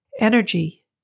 Energy